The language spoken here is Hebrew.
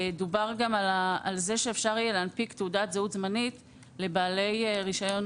דובר גם על זה שאפשר יהיה להנפיק תעודת זהות זמנית לבעלי רישיון